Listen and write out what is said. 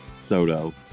Soto